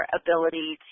ability